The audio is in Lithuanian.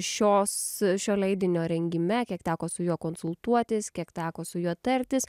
šios šio leidinio rengime kiek teko su juo konsultuotis kiek teko su juo tartis